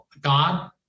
God